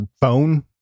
phone